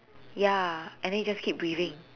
ya and then you just keep breathing